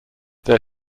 their